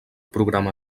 programa